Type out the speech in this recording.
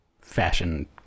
fashion